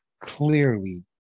clearly